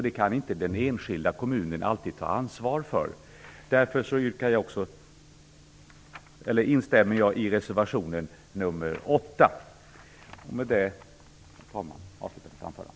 De enskilda kommunerna kan inte alltid ta ansvar för detta. Därför instämmer jag i reservation nr 8. Och med detta, herr talman, avslutar jag mitt anförande.